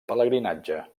pelegrinatge